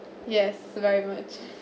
yes very much